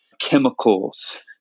chemicals